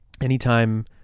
anytime